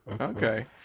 Okay